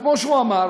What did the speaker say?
כמו שהוא אמר,